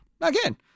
Again